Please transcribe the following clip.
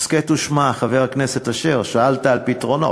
הסכת ושמע, חבר הכנסת אשר, שאלת על פתרונות,